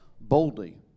boldly